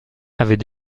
avait